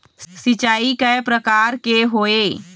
सिचाई कय प्रकार के होये?